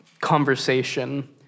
conversation